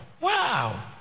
Wow